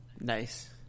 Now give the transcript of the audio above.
Nice